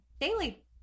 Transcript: Daily